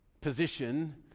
position